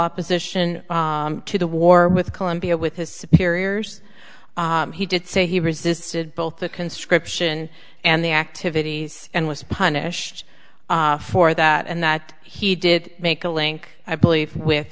opposition to the war with colombia with his superiors he did say he resisted both the conscription and the activities and was punished for that and that he did make a link i believe with